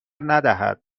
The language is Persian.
ندهد